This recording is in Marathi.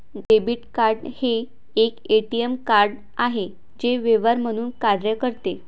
डेबिट कार्ड हे एक ए.टी.एम कार्ड आहे जे व्यवहार म्हणून कार्य करते